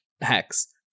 hex